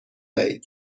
دهید